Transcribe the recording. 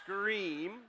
scream